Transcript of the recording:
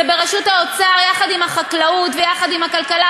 זה בראשות האוצר יחד עם החקלאות ויחד עם הכלכלה,